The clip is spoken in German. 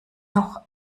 noch